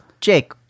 Jake